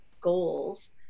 goals